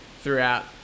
throughout